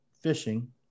fishing